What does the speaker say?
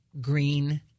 Green